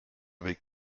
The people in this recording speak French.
vais